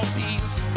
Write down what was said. peace